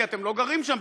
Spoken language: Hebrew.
כי אתם לא גרים שם,